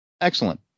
Excellent